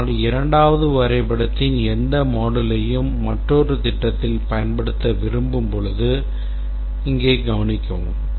ஆனால் 2வது வரைபடத்தின் எந்த moduleயையும் மற்றொரு திட்டத்தில் பயன்படுத்த விரும்பும்போது இங்கே கவனிக்கவும்